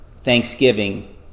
thanksgiving